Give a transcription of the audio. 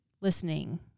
listening